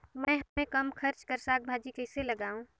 मैं हवे कम खर्च कर साग भाजी कइसे लगाव?